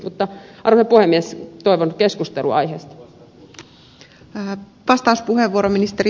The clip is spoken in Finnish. mutta arvoisa puhemies toivon keskustelua aiheesta